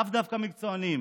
לאו דווקא מקצוענים,